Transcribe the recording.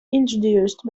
introduced